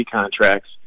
contracts